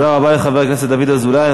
תודה רבה לחבר הכנסת אזולאי.